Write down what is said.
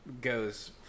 goes